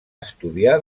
estudiar